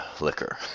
liquor